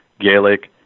Gaelic